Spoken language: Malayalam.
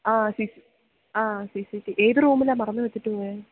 ആ സി സി ആ സി സി ടി വി ഏത് റൂമിലാണ് മറന്നു വെച്ചിട്ടു പോയത്